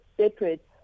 separate